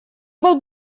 был